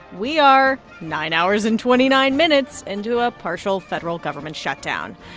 we are nine hours and twenty nine minutes into a partial federal government shutdown.